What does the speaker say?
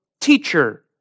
teacher